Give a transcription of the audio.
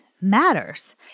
matters